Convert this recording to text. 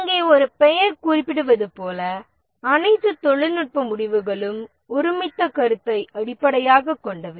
இங்கே ஒரு பெயர் குறிப்பிடுவது போல அனைத்து தொழில்நுட்ப முடிவுகளும் ஒருமித்த கருத்தை அடிப்படையாகக் கொண்டவை